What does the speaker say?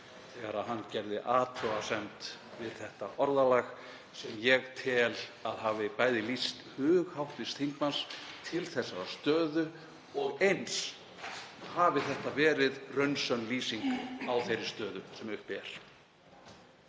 þegar hann gerði athugasemd við þetta orðalag sem ég tel að hafi bæði lýst hug hv. þingmanns til þessarar stöðu og eins hafi það verið raunsönn lýsing á þeirri stöðu sem uppi er.